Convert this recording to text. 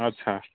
अच्छा